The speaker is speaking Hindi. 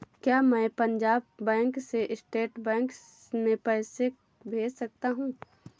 क्या मैं पंजाब बैंक से स्टेट बैंक में पैसे भेज सकता हूँ?